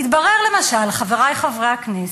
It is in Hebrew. התברר למשל, חברי חברי הכנסת,